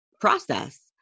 process